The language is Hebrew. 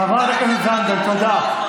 חברת הכנסת זנדברג, תודה.